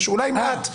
יש אולי מעט,